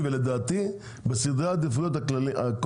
כביש 60 הוא